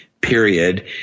period